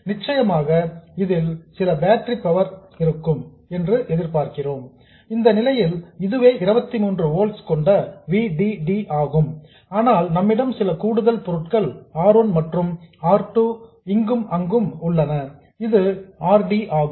நிச்சயமாக இதில் சில பேட்டரி பவர் இருக்கும் என்று எதிர்பார்க்கிறோம் இந்த நிலையில் இதுவே 23 ஓல்ட்ஸ் கொண்ட V D D ஆகும் ஆனால் நம்மிடம் சில கூடுதல் பொருட்கள் R 1 மற்றும் R 2 இங்கும் அங்கும் உள்ளன இது R D ஆகும்